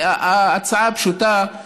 ההצעה הפשוטה,